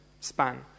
span